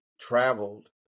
traveled